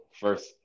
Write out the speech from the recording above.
first